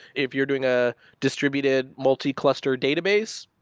if you're doing a distributed multi-cluster database,